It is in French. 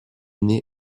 née